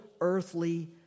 earthly